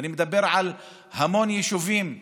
ואני מדבר על המון יישובים בצפון,